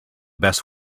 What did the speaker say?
best